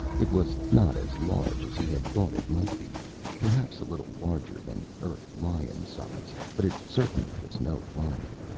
it was not as large as he had thought it might be perhaps a little larger than earth lion-size, but it certainly was no lion.